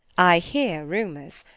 i hear rumours,